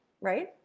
right